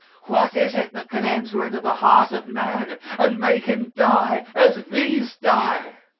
what is it that can enter into the heart of man and make him die as these die?